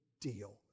deal